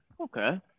Okay